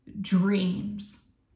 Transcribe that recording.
Dreams